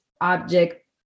object